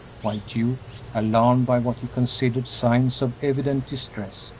while duke, alarmed by what he considered signs of evident distress,